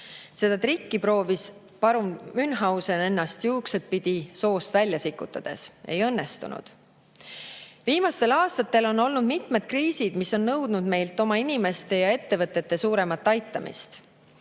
Seda trikki proovis parun Münchhausen, ennast juukseidpidi soost välja sikutades. Ei õnnestunud. Viimastel aastatel on olnud mitmed kriisid, mis on nõudnud meilt oma inimeste ja ettevõtete suuremat aitamist.